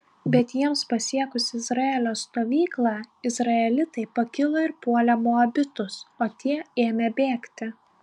bet jiems pasiekus izraelio stovyklą izraelitai pakilo ir puolė moabitus o tie ėmė bėgti